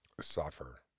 suffer